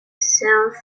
south